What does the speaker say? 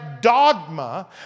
dogma